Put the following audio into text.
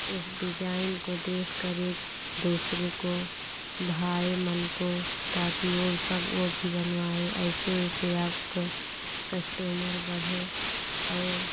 उस डिज़ाइन को देखकर एक दूसरे को भाए मन को ताकि वह सब वह भी बनवाएँ ऐसे ऐसे आपका कस्टमर बढ़े और